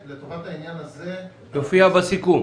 לטובת העניין הזה אנחנו צריכים